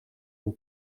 een